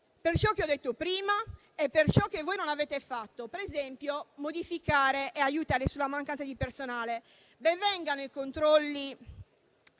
per ciò che ho detto prima e per ciò che voi non avete fatto, per esempio, modificare e aiutare sulla mancanza di personale. Ben vengano i controlli, se questi